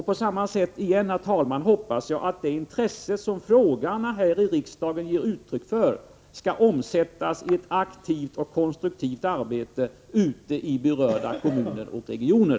Jag hoppas att det intresse som frågeställarna här i riksdagen ger uttryck för skall omsättas i ett aktivt och konstruktivt arbete ute i berörda kommuner och regioner.